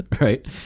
Right